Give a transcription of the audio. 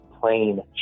plain